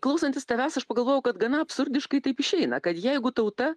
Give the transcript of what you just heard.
klausantis tavęs aš pagalvojau kad gana absurdiškai taip išeina kad jeigu tauta